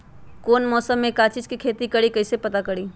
कौन मौसम में का चीज़ के खेती करी कईसे पता करी?